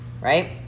right